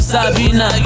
Sabina